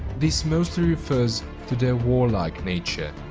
this mostly refers to their warlike nature,